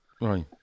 Right